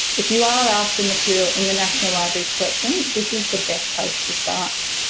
if you are after material in the national library's collection this is the best place to start.